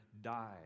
died